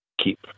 Keep